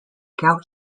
gout